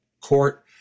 court